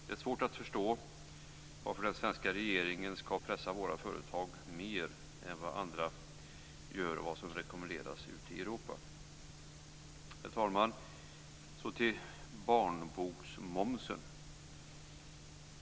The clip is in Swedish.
Det är svårt att förstå varför den svenska regeringen skall pressa våra företag mer än vad andra gör och vad som rekommenderas ute i Europa. Herr talman! Så går jag över till barnboksmomsen.